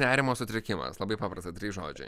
nerimo sutrikimas labai paprasta trys žodžiai